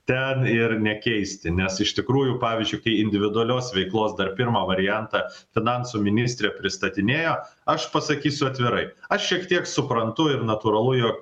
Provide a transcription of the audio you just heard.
ten ir nekeisti nes iš tikrųjų pavyzdžiui kai individualios veiklos dar pirmą variantą finansų ministrė pristatinėjo aš pasakysiu atvirai aš šiek tiek suprantu ir natūralu jog